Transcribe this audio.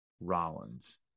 Rollins